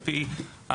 על פי החקיקה